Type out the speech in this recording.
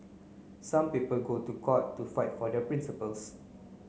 some people go to court to fight for their principles